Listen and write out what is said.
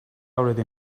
already